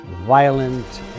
violent